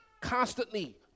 constantly